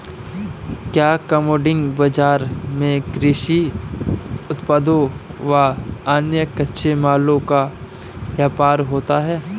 क्या कमोडिटी बाजार में कृषि उत्पादों व अन्य कच्चे मालों का व्यापार होता है?